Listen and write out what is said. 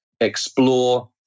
explore